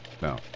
no